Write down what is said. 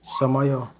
ସମୟ